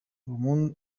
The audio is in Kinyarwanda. uwo